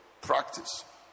practice